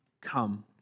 Come